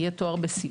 יהיה תיאור בסיעוד.